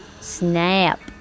snap